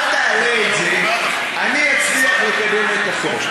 אל תעלה את זה, אני אצליח לקדם את החוק.